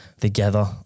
Together